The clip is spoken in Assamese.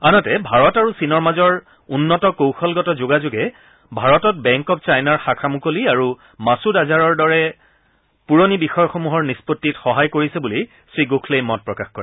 আনহাতে ভাৰত আৰু চীনৰ মাজৰ উন্নত কৌশলগত যোগাযোগে ভাৰতত বেংক অব্ চাইনাৰ শাখা মুকলি আৰু মাছূদ আজহাৰৰ দৰে পুৰণি বিষয়সমূহৰ নিষ্পত্তিত সহায় কৰিছে বুলি শ্ৰীগোখলেই মত প্ৰকাশ কৰে